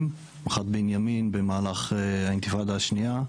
אחת בנימין במהלך האינתיפאדה השנייה,